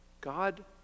God